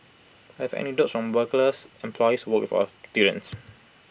I have anecdotes from employers work for students